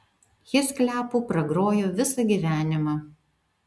jis kliapu pragrojo visą gyvenimą